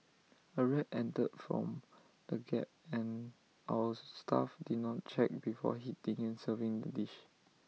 A rat entered from the gap and our staff did not check before heating and serving the dish